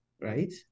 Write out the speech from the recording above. Right